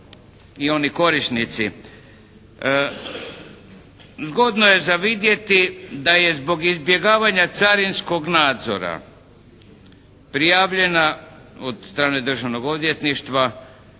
Zgodno je za vidjeti da je zbog izbjegavanja carinskog nadzora prijavljena od strane državnog odvjetništva